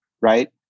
right